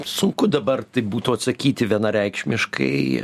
sunku dabar tai būtų atsakyti vienareikšmiškai